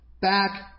back